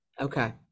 Okay